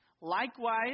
Likewise